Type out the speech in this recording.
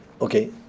okay